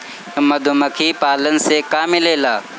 मधुमखी पालन से का मिलेला?